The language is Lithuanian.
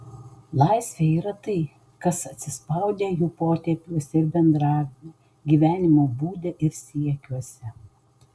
laisvė yra tai kas atsispaudę jų potėpiuose ir bendravime gyvenimo būde ir siekiuose